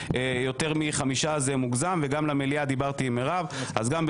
החוקים האלה צריכים להיות על השולחן.